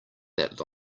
that